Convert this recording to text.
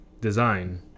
design